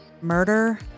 Murder